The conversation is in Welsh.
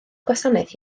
gwasanaeth